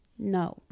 no